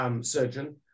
surgeon